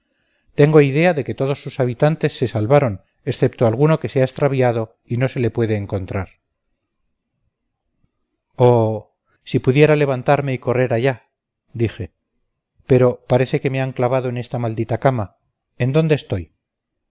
tengo idea de que todos sus habitantes se salvaron excepto alguno que se ha extraviado y no se le puede encontrar oh si pudiera levantarme y correr allá dije pero parece que me han clavado en esta maldita cama en dónde estoy